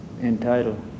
entitle